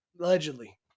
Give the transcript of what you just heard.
Allegedly